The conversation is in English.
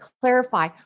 clarify